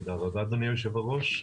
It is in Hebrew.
תודה רבה, אדוני היושב-ראש.